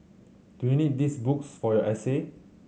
do you need these books for your essay